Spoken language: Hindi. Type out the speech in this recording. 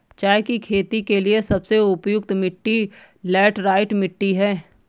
चाय की खेती के लिए सबसे उपयुक्त मिट्टी लैटराइट मिट्टी है